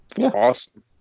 awesome